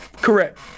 Correct